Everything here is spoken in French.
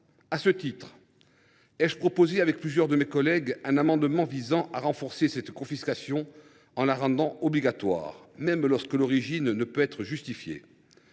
Aussi ai je proposé avec plusieurs de mes collègues un amendement visant à renforcer cette confiscation en la rendant obligatoire, même lorsque l’origine des biens